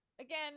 again